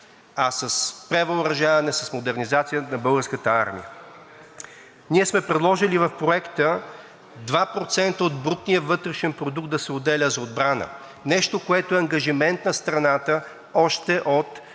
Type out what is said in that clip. а с превъоръжаване, с модернизация на Българската армия. Ние сме предложили в Проекта на решение 2% от брутния вътрешен продукт да се отделя за отбрана – нещо, което е ангажимент на страната още от